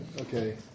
Okay